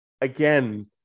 Again